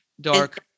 Dark